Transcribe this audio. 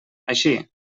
així